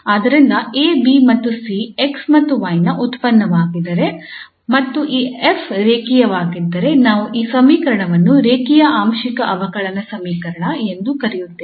ಆದ್ದರಿಂದ 𝐴 𝐵 ಮತ್ತು 𝐶 𝑥 ಮತ್ತು 𝑦 ನ ಉತ್ಪನ್ನವಾಗಿದ್ದರೆ ಮತ್ತು ಈ 𝐹 ರೇಖೀಯವಾಗಿದ್ದರೆ ನಾವು ಈ ಸಮೀಕರಣವನ್ನು ರೇಖೀಯ ಆಂಶಿಕ ಅವಕಲನ ಸಮೀಕರಣ ಎಂದು ಕರೆಯುತ್ತೇವೆ